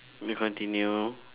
would you continue